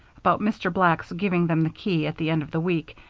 about mr. black's giving them the key at the end of the week,